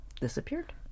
disappeared